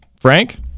Frank